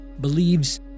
believes